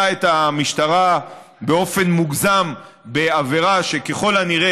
את המשטרה באופן מוגזם בעבירה שככל הנראה,